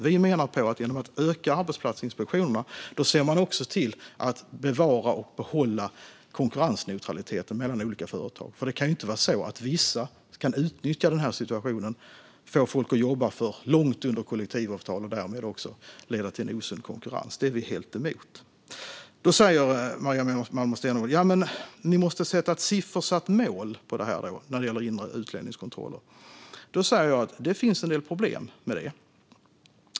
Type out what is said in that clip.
Vi menar att man genom att öka arbetsplatsinspektionerna också ser till att bevara och behålla konkurrensneutraliteten mellan olika företag. Det kan inte vara på det sättet att vissa kan utnyttja situationen och få folk att jobba för långt under vad som anges i kollektivavtal, vilket leder till osund konkurrens. Det är vi helt emot. Maria Malmer Stenergard säger att vi måste sätta ett siffersatt mål för inre utlänningskontroller. Det finns en del problem med det.